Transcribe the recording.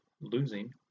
losing